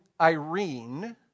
Irene